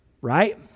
right